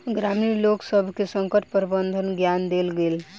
ग्रामीण लोकसभ के संकट प्रबंधनक ज्ञान देल गेल